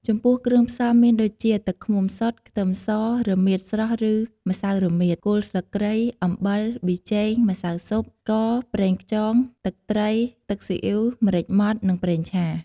ចំពោះគ្រឿងផ្សំមានដូចជាទឹកឃ្មុំសុទ្ធ ខ្ទឹមស រមៀតស្រស់ឬម្សៅរមៀត គល់ស្លឹកគ្រៃ អំបិល ប៊ីចេង ម្សៅស៊ុប ស្ករប្រេងខ្យងទឹកត្រី ទឹកស៊ីអ៉ីវ ម្រេចម៉ដ្ឋ និងប្រេងឆា។